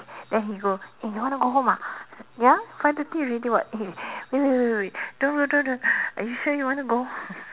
then he go eh you want to go home ah ya five thirty already [what] eh wait wait wait wait don't don't don't are you sure you want to go